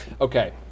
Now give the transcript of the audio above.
Okay